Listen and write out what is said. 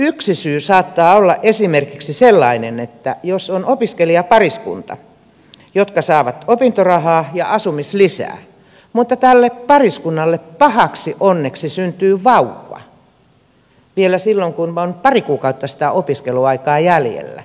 yksi syy saattaa olla esimerkiksi sellainen että on opiskelijapariskunta joka saa opintorahaa ja asumislisää mutta tälle pariskunnalle pahaksi onneksi syntyy vauva vielä silloin kun on pari kuukautta sitä opiskeluaikaa jäljellä